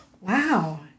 Wow